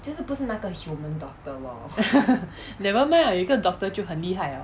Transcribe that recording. never mind 有一个 doctor 就很厉害 liao